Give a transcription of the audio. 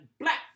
black